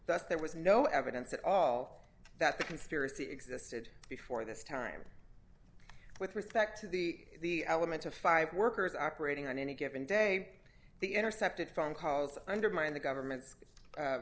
thus there was no evidence at all that the conspiracy existed before this time with respect to the element of five workers operating on any given day the intercepted phone calls undermine the government's a